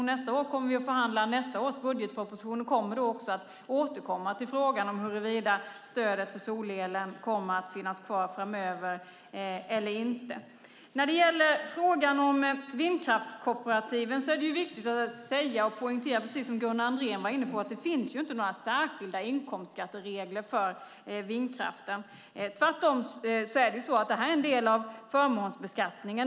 Och nästa år kommer vi att förhandla följande års budgetproposition och kommer då också att återkomma till frågan om huruvida stödet till solelen kommer att finnas kvar framöver eller inte. När det gäller frågan om vindkraftskooperativen är det viktigt att poängtera, precis som Gunnar Andrén var inne på, att det inte finns några särskilda inkomstskatteregler för vindkraften. Tvärtom är det här en del av förmånsbeskattningen.